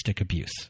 abuse